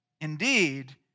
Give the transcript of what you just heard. Indeed